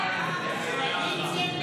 31 בעד, 42 נגד.